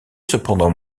cependant